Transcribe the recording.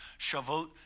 Shavuot